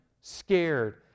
scared